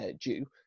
due